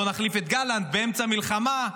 "בואו נחליף את גלנט באמצע מלחמה",